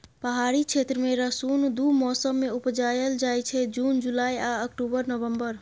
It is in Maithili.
पहाड़ी क्षेत्र मे रसुन दु मौसम मे उपजाएल जाइ छै जुन जुलाई आ अक्टूबर नवंबर